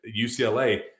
UCLA